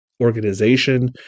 organization